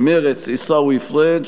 מרצ: עיסאווי פריג'.